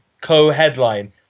co-headline